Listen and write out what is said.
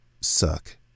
Suck